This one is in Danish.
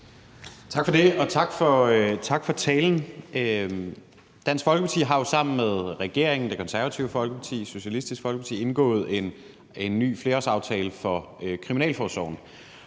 Tak for det, og tak for talen. Dansk Folkeparti har jo sammen med regeringen, Det Konservative Folkeparti og Socialistisk Folkeparti indgået en ny flerårsaftale for kriminalforsorgen.